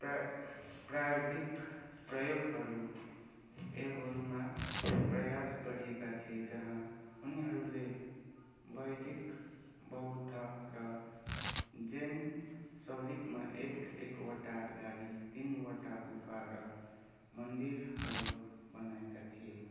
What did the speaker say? प्रा प्रारम्भिक प्रयोगहरू एहोलमा प्रयास गरिएका थिए जहाँ उनीहरूले वैदिक बौद्ध र जैन सौलिकमा एक एकवटा गरी तिनवटा गुफा र मन्दिरहरू बनाएका थिए